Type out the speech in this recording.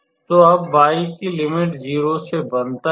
तो अब y की लिमिट 0 से 1 तक है